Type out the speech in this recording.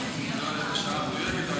אני לא יודע את השעה המדויקת,